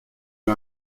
eut